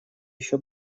еще